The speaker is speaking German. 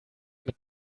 mit